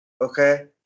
Okay